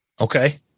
Okay